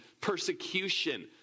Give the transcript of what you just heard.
persecution